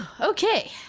Okay